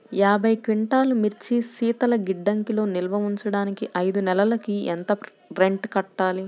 యాభై క్వింటాల్లు మిర్చి శీతల గిడ్డంగిలో నిల్వ ఉంచటానికి ఐదు నెలలకి ఎంత రెంట్ కట్టాలి?